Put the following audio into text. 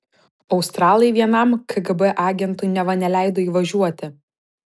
australai vienam kgb agentui neva neleido įvažiuoti